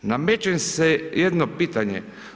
Nameće se jedno pitanje.